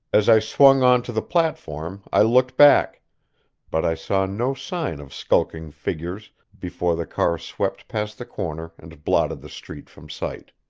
as i swung on to the platform i looked back but i saw no sign of skulking figures before the car swept past the corner and blotted the street from sight.